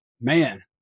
man